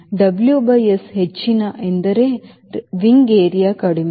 W by S ಹೆಚ್ಚಿನ ಎಂದರೆ ರೆಕ್ಕೆ ಪ್ರದೇಶವು ಕಡಿಮೆ